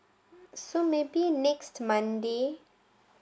so maybe next monday